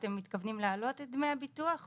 אתם מתכוונים להעלות את דמי הביטוח או?